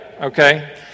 okay